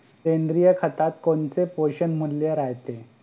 सेंद्रिय खतात कोनचे पोषनमूल्य रायते?